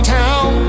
town